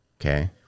Okay